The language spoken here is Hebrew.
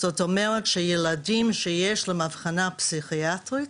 זאת אומרת שילדים שיש להם הבחנה פסיכיאטרית,